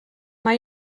mae